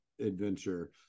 adventure